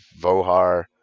Vohar